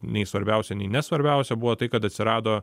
nei svarbiausia nei nesvarbiausia buvo tai kad atsirado